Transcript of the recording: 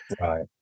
right